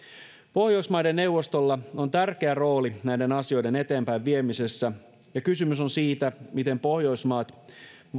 pohjoismaiden neuvostolla on tärkeä rooli näiden asioiden eteenpäinviemisessä ja kysymys on siitä miten pohjoismaat